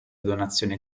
donazione